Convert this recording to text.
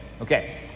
Okay